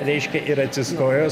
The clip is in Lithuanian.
reiškia ir atsistojęs